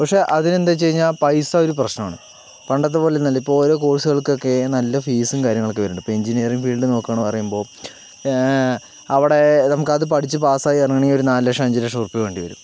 പക്ഷേ അതിനെന്താണെ ന്ന് വെച്ച് കഴിഞ്ഞാൽ പൈസ ഒരു പ്രശ്നമാണ് പണ്ടത്തെപ്പോലെ ഒന്നുമല്ല ഇപ്പോൾ ഓരോ കോഴ്സുകൾക്ക് ഒക്കെ നല്ല ഫീസും കാര്യങ്ങളൊക്കെ വരുന്നുണ്ട് ഇപ്പൊ എൻജിനീയറിങ്ങ് ഫീൽഡ് നോക്കാണ് എന്ന് പറയുമ്പോ അവിടെ നമുക്കത് പഠിച്ച് പാസ്സായി ഇറങ്ങണമെങ്കിൽ ഒരു നാലുലക്ഷം അഞ്ച് ലക്ഷം ഉറുപ്പിക വേണ്ടിവരും